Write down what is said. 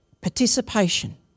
participation